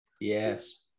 Yes